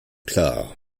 klar